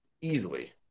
easily